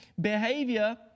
behavior